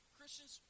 Christians